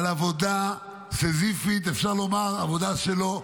על עבודה סיזיפית, אפשר לומר, עבודה שלו,